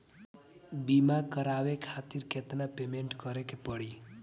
बीमा करावे खातिर केतना पेमेंट करे के पड़ी?